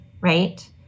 Right